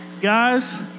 Guys